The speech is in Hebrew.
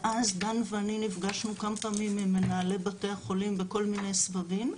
ואז באנו ואני נפגשנו כמה פעמים עם מנהלי בתי החולים בכל מיני סבבים,